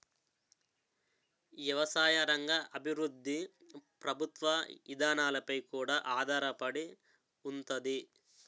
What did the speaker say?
ఎవసాయ రంగ అభివృద్ధి ప్రభుత్వ ఇదానాలపై కూడా ఆధారపడి ఉంతాది